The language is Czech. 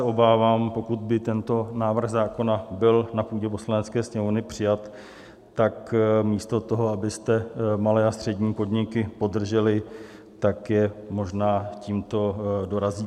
Obávám se, pokud by tento návrh zákona byl na půdě Poslanecké sněmovny přijat, tak místo toho, abyste malé a střední podniky podrželi, tak je možná tímto dorazíte.